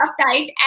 uptight